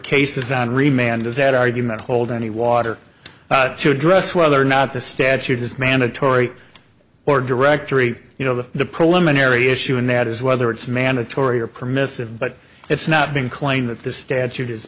does that argument hold any water to address whether or not the statute is mandatory or directory you know that the preliminary issue and that is whether it's mandatory or permissive but it's not been clear that the statute is